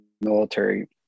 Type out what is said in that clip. military